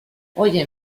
oye